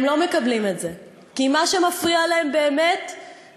הם לא מקבלים את זה כי מה שמפריע להם באמת זה